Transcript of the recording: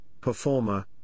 performer